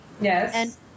Yes